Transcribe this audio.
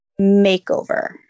makeover